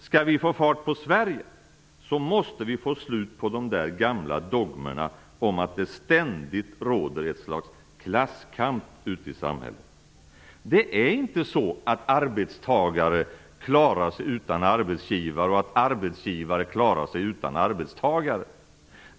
Skall vi få fart på Sverige, måste vi få slut på de där gamla dogmerna om att det ständigt råder ett slags klasskamp ute i samhället. Det är inte så att arbetstagare klarar sig utan arbetsgivare och att arbetsgivare klarar sig utan arbetstagare.